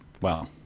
Wow